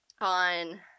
on